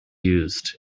used